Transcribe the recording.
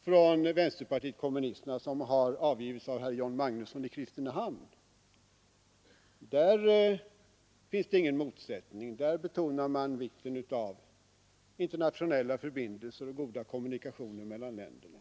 från vänsterpartiet kommunisterna, som avgivits av herr John Magnusson i Kristinehamn, betonas vikten av internationella förbindelser och goda kommunikationer mellan länderna.